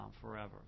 forever